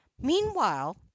meanwhile